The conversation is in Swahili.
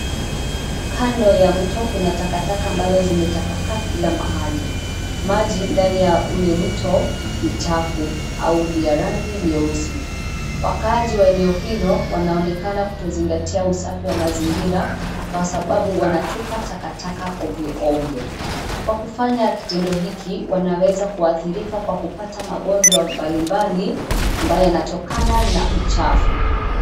Kando ya mto kuna takataka ambazo zimetapakaa kila mahali, maji ndani ya ule mto, ni chafu, au ni ya rangi nyeusi, wakaaji wa eneo hilo wanaonekana kutozingatia usafi wa mazingira, kwa sababu wanatupa takataka ovyo ovyo, kwa kufanya kitendo hiki wanaweza kuathirika kwa kupata magonjwa mbalimbali, ambayo yanatokana na uchafu.